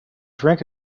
drank